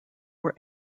were